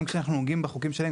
גם כשאנחנו נוגעים בחוקים שלהם,